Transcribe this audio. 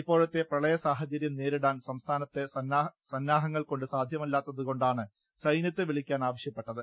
ഇപ്പോഴത്തെ പ്രളയ സാഹചര്യം നേരി ടാൻ സംസ്ഥാനത്തെ സന്നാഹങ്ങൾക്കൊണ്ട് സാധ്യമല്ലാത്തതുകൊ ണ്ടാണ് സൈന്യത്തെ വിളിക്കാൻ ആവശ്യപ്പെട്ടത്